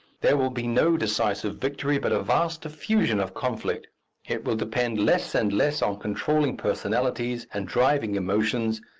there will be no decisive victory, but a vast diffusion of conflict it will depend less and less on controlling personalities and driving emotions,